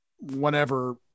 whenever